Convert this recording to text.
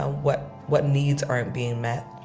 ah what what needs aren't being met,